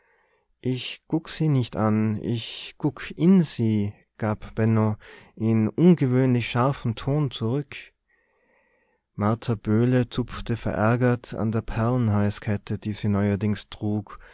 ich guck sie nicht an ich guck in sie gab benno in ungewöhnlich scharfem ton zurück martha böhle zupfte verärgert an der perlenhalskette die sie neuerdings trug